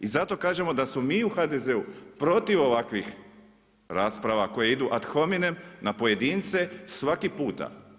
I zato kažemo da se mi u HDZ-u protiv ovakvih rasprava koje idu ad hominem, na pojedince, svaki puta.